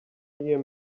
year